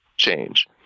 change